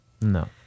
No